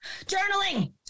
journaling